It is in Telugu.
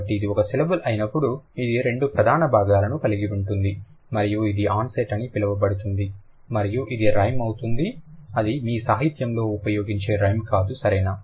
కాబట్టి ఇది ఒక సిలబుల్ అయినప్పుడు అది రెండు ప్రధాన భాగాలను కలిగి ఉంటుంది మరియు అది ఆన్సెట్ అని పిలువబడుతుంది మరియు ఇది రైమ్ అవుతుంది అది మీ సాహిత్యం లో ఉపయోగించే రైమ్ కాదు సరేనా